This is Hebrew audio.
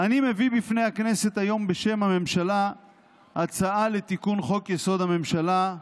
אני מביא בפני הכנסת היום בשם הממשלה הצעה לתיקון חוק-יסוד: הממשלה,